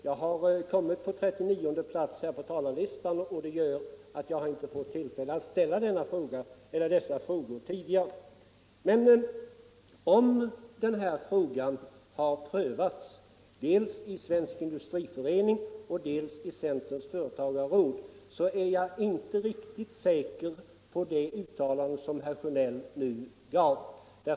Jag har kommit på trettionionde plats på talarlistan, och det gör att jag inte fått tillfälle att ställa dessa frågor tidigare. Men även om denna sak har prövats dels i Svensk Industriförening. dels i centerns företagarråd så är jag inte riktigt säker när det gäller det uttalande som herr Sjönell nu gjorde.